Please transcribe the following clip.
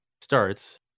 starts